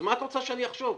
אז מה את רוצה שאני אחשוב?